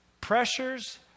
pressures